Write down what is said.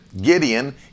Gideon